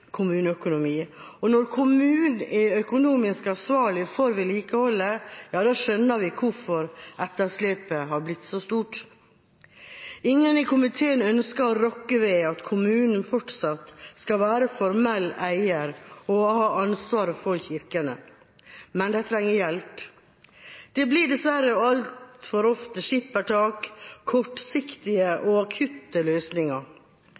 kommuneøkonomi. Når kommunene er økonomisk ansvarlige for vedlikeholdet, skjønner vi hvorfor etterslepet har blitt så stort. Ingen i komiteen ønsker å rokke ved at kommunene fortsatt skal være formell eier og ha ansvaret for kirkene, men de trenger hjelp. Det blir dessverre altfor ofte skippertak, kortsiktige og akutte løsninger.